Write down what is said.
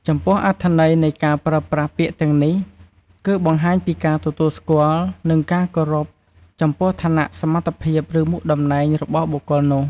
ចំពោះអត្ថន័យនៃការប្រើប្រាស់ពាក្យទាំងនេះគឺ បង្ហាញពីការទទួលស្គាល់ និងការគោរពចំពោះឋានៈ សមត្ថភាព ឬមុខតំណែងរបស់បុគ្គលនោះ។